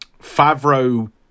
Favreau